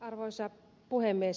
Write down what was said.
arvoisa puhemies